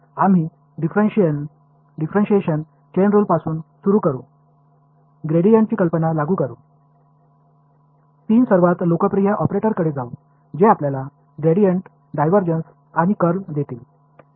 आम्ही differentiation chain rule पासून सुरू करू ग्रेडियंटची कल्पना लागू करू तीन सर्वात लोकप्रिय ऑपरेटरकडे जाऊ जे आपल्याला ग्रेडियंट डायव्हर्जन्स आणि कर्ल देतील